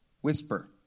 whisper